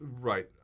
Right